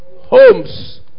homes